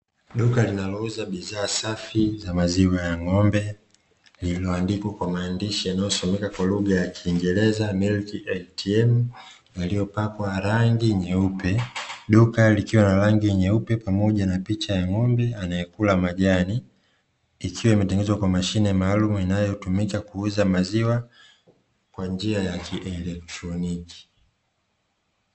Duka linalouza bidhaa safi ya maziwa ya ng'ombe limeandikwa kwa maandishi yanayosomekwa kwa lugha ya kiingereza "MILK ATM" yaligo pakwa ranginyeupe. Duka likiwana rangi yeupe pamoja na picha ya ng'ombeanayekula majani, ikiwa imetengenezwa kwa machine maalumu inayotumika kuuza maziwa kwanjia ya kieletroniki.